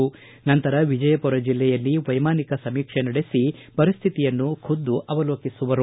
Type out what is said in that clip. ಆ ಸಂತರ ವಿಜಯಪುರ ಜಿಲ್ಲೆಯಲ್ಲಿ ವೈಮಾನಿಕ ಸಮೀಕ್ಷೆ ನಡೆಸಿ ಪರಿಸ್ಥಿತಿಯನ್ನು ಖುದ್ದು ಅವಲೋಕಿಸುವರು